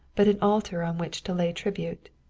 but an altar on which to lay tribute.